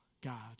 God